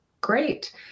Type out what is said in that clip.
Great